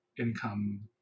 income